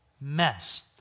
mess